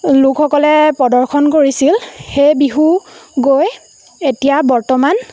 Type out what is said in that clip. লোকসকলে প্ৰদৰ্শন কৰিছিল সেই বিহু গৈ এতিয়া বৰ্তমান